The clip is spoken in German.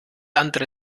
andere